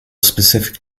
specific